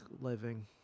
living